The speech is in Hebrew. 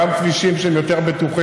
גם כבישים שהם יותר בטוחים,